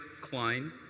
Klein